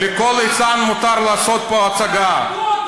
לכל ליצן מותר לעשות פה הצגה.